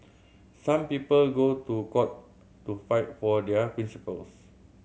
some people go to court to fight for their principles